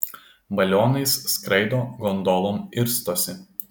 balionais skraido gondolom irstosi